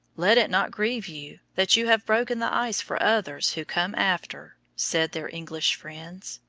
let it not grieve you that you have broken the ice for others who come after, said their english friends.